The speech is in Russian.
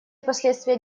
последствия